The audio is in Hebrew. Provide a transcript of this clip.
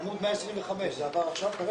עמוד 125. זה עבר כרגע?